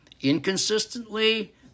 Inconsistently